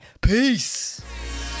Peace